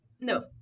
no